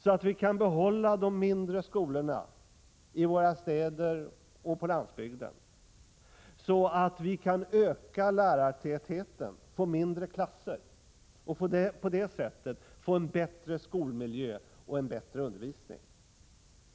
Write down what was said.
till att vi kan behålla de mindre skolorna i våra städer och på landsbygden, så att vi kan öka lärartätheten, få mindre klasser och på det sättet få en bättre skolmiljö och en bättre undervisning!